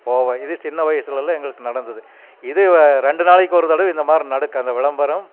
போவேன் இது சின்ன வயசுலலாம் எங்களுக்கு நடந்தது இதே வ ரெண்டு நாளைக்கு ஒரு தடவை இந்த மாதிரி நடக்கும் அந்த விளம்பரம்